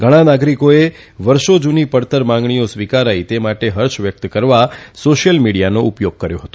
ઘણા નાગરીકોએ વર્ષો જૂની પડતર માગણી સ્વીકારાઇ તે માટે ફર્ષ વ્યક્ત કરવા સોશિયલ મીડીયાનો ઉપયોગ કર્યો હતો